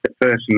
person